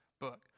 book